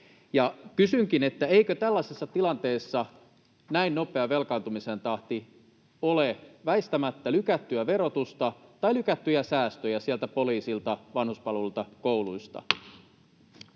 Kysynkin: eikö tällaisessa tilanteessa näin nopea velkaantumisen tahti ole väistämättä lykättyä verotusta tai lykättyjä säästöjä poliisilta, vanhuspalveluilta, kouluista?